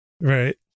right